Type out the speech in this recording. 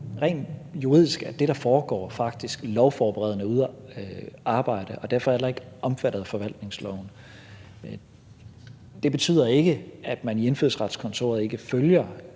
rent faktisk foregår, lovforberedende arbejde, og derfor er det heller ikke omfattet af forvaltningsloven. Det betyder ikke, at man i Indfødsretskontoret ikke følger